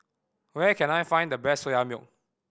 where can I find the best Soya Milk